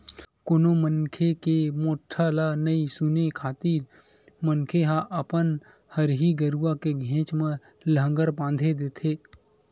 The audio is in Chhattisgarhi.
कोनो मनखे के मोठ्ठा ल नइ सुने खातिर मनखे ह अपन हरही गरुवा के घेंच म लांहगर बांधे देथे